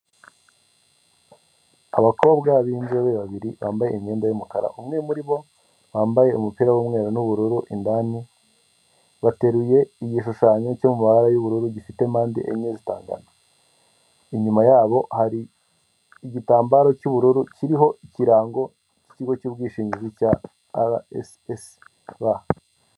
Abakobwa b'inzobere babiri bambaye imyenda y'umukara, umwe muri bo wambaye umupira w'umweru n'ubururu indani. Bateruye igishushanyo cyo mu labara y'ubururu gifite impande enye zitangana, inyuma y'abo hari igitambaro cy'ubururu kiriho ikirango cyikigo cy'ubwishingizi cya RSSB.